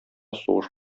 сугыш